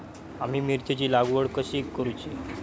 आम्ही मिरचेंची लागवड कधी करूची?